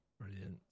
brilliant